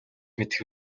мэдэх